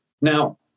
Now